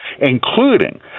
including